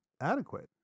adequate